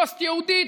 פוסט-יהודית,